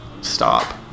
stop